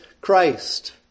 Christ